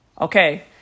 Okay